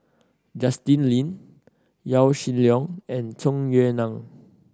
Justin Lean Yaw Shin Leong and Tung Yue Nang